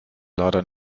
leider